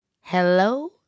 Hello